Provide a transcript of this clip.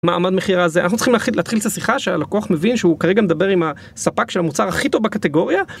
מעמד המחיר הזה אנחנו צריכים להתחיל את השיחה שהלקוח מבין שהוא כרגע מדבר עם הספק של המוצר הכי טוב בקטגוריה